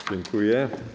Dziękuję.